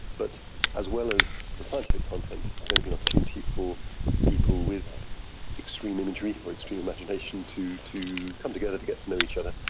but as well as the scientific content, it's going to be an opportunity for people with extreme imagery or extreme imagination to to come together, to get to know each other,